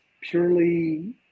purely